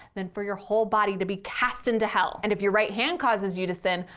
than for your whole body to be cast into hell. and if your right hand causes you to sin,